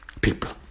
people